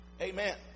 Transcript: Amen